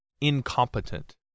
incompetent